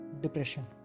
depression